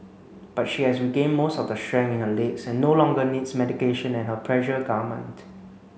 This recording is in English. but she has regained most of the strength in her legs and no longer needs medication and her pressure garment